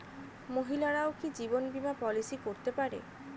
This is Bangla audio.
মহিলারাও কি জীবন বীমা পলিসি করতে পারে?